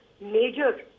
major